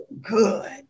good